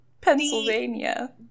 Pennsylvania